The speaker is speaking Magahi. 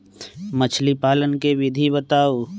मछली पालन के विधि बताऊँ?